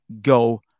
go